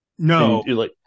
No